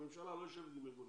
הממשלה לא יושבת עם ארגונים.